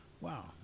Wow